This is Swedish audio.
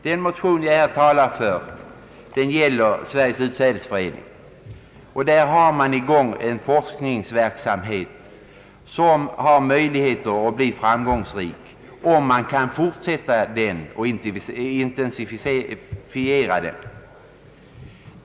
Den motion jag talar för gäller Sveriges utsädesförening, där det drivs en forskningsverksamhet som har möjligheter att bli framgångsrik, om den kan fortsättas och intensifieras.